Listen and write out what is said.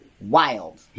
wild